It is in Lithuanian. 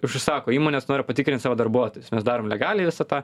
užsisako įmonės nori patikrint savo darbuotojus mes darom legaliai visą tą